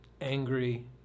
angry